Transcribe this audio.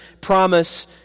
promise